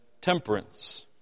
temperance